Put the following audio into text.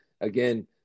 again